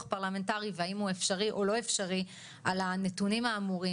פרלמנטרי והאם הוא אפשרי או לא אפשרי על הנתונים האמורים.